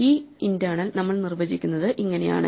ഈ ഇന്റേണൽ നമ്മൾ നിർവചിക്കുന്നത് ഇങ്ങനെയാണ്